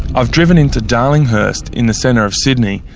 i've driven into darlinghurst, in the centre of sydney,